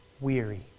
weary